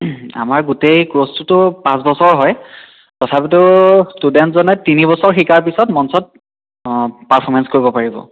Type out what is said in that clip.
আমাৰ গোটেই কোৰ্চটোতো পাঁচ বছৰ হয় তথাপিতো ষ্টুডেণ্টজনে তিনিবছৰ শিকাৰ পিছত মঞ্চত অঁ পাৰ্ফৰ্মেঞ্চ কৰিব পাৰিব